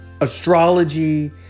astrology